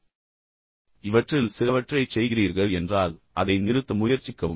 மேலும் நான் சொன்னது போல் நீங்கள் இவற்றில் சிலவற்றைச் செய்கிறீர்கள் என்றால் அதை நிறுத்த முயற்சிக்கவும்